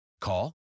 Call